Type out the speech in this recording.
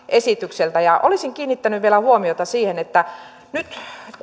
esitykseltä olisin kiinnittänyt huomiota vielä siihen että nyt